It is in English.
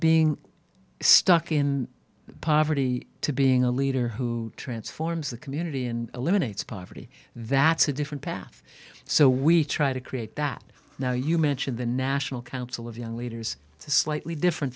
being stuck in poverty to being a leader who transforms the community and eliminates poverty that's a different path so we try to create that now you mentioned the national council of young leaders it's a slightly different